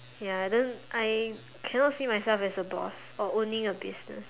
ya I don't I cannot see myself as a boss or owning a business